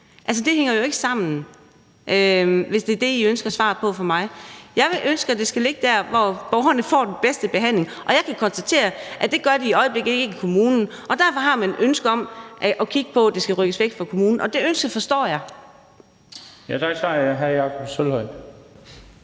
det hænger jo ikke sammen, hvis det er det, I ønsker svar på fra mig. Jeg ønsker, at det skal ligge der, hvor borgerne får den bedste behandling, og jeg kan konstatere, at det gør de i øjeblikket ikke i kommunen. Derfor har man et ønske om at kigge på, at det skal rykkes væk fra kommunen, og det ønske forstår jeg. Kl. 20:21 Den fg. formand (Bent